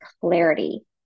clarity